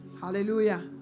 Hallelujah